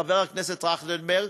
חבר הכנסת טרכטנברג,